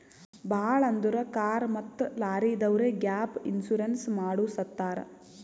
ಭಾಳ್ ಅಂದುರ್ ಕಾರ್ ಮತ್ತ ಲಾರಿದವ್ರೆ ಗ್ಯಾಪ್ ಇನ್ಸೂರೆನ್ಸ್ ಮಾಡುಸತ್ತಾರ್